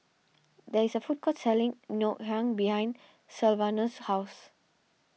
there is a food court selling Ngoh Hiang behind Sylvanus' house